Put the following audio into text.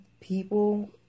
people